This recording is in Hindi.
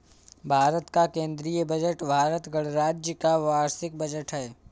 भारत का केंद्रीय बजट भारत गणराज्य का वार्षिक बजट है